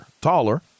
Taller